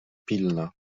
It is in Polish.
pilna